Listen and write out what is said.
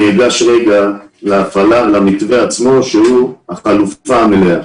אני אגש למתווה עצמו, שהוא החלופה המלאה.